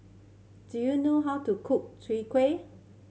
do you know how to cook kuih